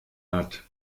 hat